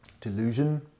Delusion